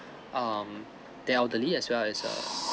um the elderly as well as a